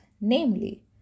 namely